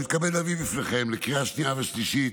אני מתכבד להביא בפניכם לקריאה שנייה ושלישית